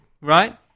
right